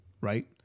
Right